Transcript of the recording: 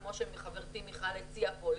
כמו שחברתי מיכל הציעה פה,